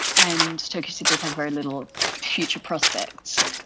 and turkish cypriots have very little future prospects.